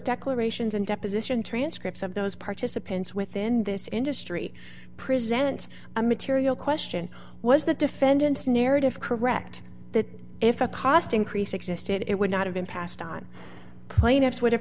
declarations and deposition transcripts of those participants within this industry present a material question was the defendant's narrative correct that if a cost increase existed it would not have been passed on plaintiffs would